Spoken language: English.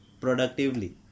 productively